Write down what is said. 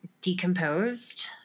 decomposed